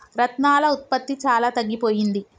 రత్నాల ఉత్పత్తి చాలా తగ్గిపోయింది